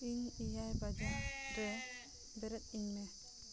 ᱤᱧ ᱮᱭᱟᱭ ᱵᱟᱡᱟᱜᱨᱮ ᱵᱮᱨᱮᱫ ᱤᱧ ᱢᱮ